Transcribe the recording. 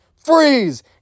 freeze